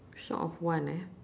short of one eh